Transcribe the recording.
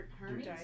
Hermes